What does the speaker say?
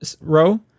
row